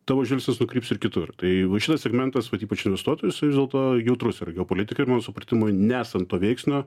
tavo žvilgsnis nukryps ir kitur tai va šitas segmentas vat ypač investuotojus vis dėlto jautrus yra geopolitikai ir mano supratimui nesant to veiksnio